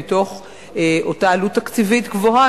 מתוך אותה עלות תקציבית גבוהה,